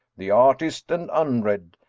the artist and unread,